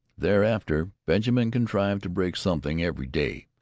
thereafter benjamin contrived to break something every day,